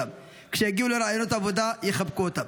יחבקו אותם, כשיגיעו לראיונות עבודה, יחבקו אותם.